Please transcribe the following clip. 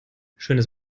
schönes